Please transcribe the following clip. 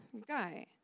okay